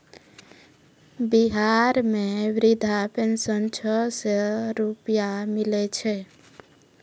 बिहार मे वृद्धा पेंशन छः सै रुपिया मिलै छै